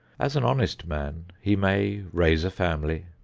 as an honest man, he may raise a family,